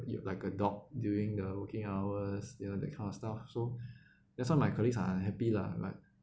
like a dog during the working hours you know that kind of stuff so that's why my colleagues are unhappy lah like